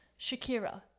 Shakira